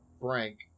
Frank